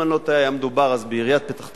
אם אני לא טועה, היה מדובר אז בעיריית פתח-תקווה,